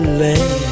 land